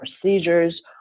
procedures